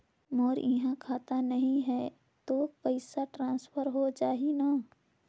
मोर इहां खाता नहीं है तो पइसा ट्रांसफर हो जाही न?